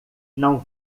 não